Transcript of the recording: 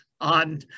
on